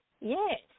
Yes